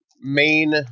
main